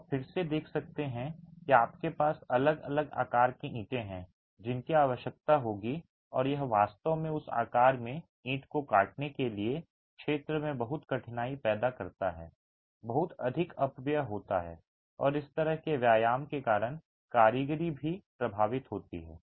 आप फिर से देख सकते हैं कि आपके पास अलग अलग आकार की ईंटें हैं जिनकी आवश्यकता होगी और यह वास्तव में उस आकार में ईंट को काटने के लिए क्षेत्र में बहुत कठिनाई पैदा करता है बहुत अधिक अपव्यय होता है और इस तरह के व्यायाम के कारण कारीगरी भी प्रभावित होती है